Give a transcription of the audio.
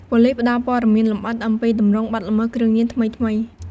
ប៉ូលិសផ្ដល់ព័ត៌មានលម្អិត អំពីទម្រង់បទល្មើសគ្រឿងញៀនថ្មីៗ។